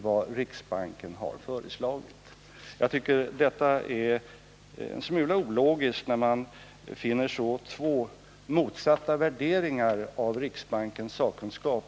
Jag tycker att det är en smula ologiskt att man i samma betänkande har två så motsatta värderingar av riksbankens sakkunskap.